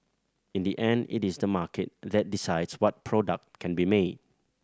in the end it is the market that decides what product can be made